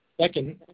Second